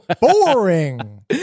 boring